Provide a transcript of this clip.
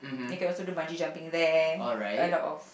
you can also do the bungee jumping there a lot of